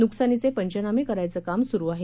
नुकसानीचे पंचनामे करायचं काम सुरू आहे